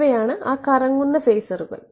ഇവയാണ് ആ കറങ്ങുന്ന ഫേസറുകൾ